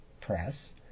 press